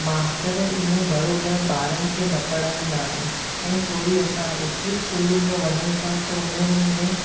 मास्तर ईअं बरोबरु ॿारनि खे न पढ़ाईंदा आहिनि ऐं थोरी असां ऊची इस्कूल में वञूं था त उन्हनि में